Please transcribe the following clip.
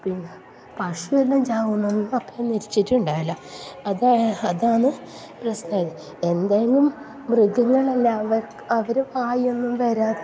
പിന്നെ പശു എല്ലാം ചാകുന്നൊന്നും അപ്പം നിരീചിറ്റുണ്ടാകില്ല അതായ അതാണ് പ്രശ്നമായത് എന്തേങ്കും മൃഗങ്ങളെല്ലാം അവർ വരാതെ